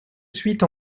suite